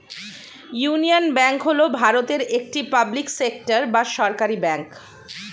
union Bank হল ভারতের একটি পাবলিক সেক্টর বা সরকারি ব্যাঙ্ক